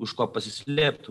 už ko pasislėpt